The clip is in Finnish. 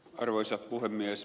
arvoisa puhemies